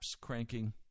cranking